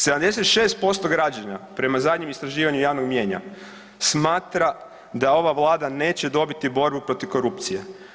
76% građana prema zadnjem istraživanju javnog mnijenja smatra da ova Vlada neće dobiti borbu protiv korupcije.